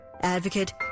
advocate